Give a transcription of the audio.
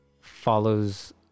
follows –